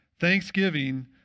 thanksgiving